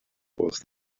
was